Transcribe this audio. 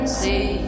see